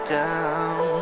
down